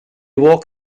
walk